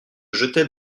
jetait